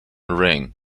ring